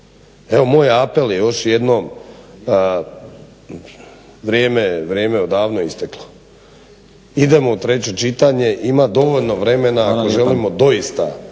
Evo moj apel je još jednom, vrijeme je odavno isteklo, idemo u treće čitanje. Ima dovoljno vremena ako želimo doista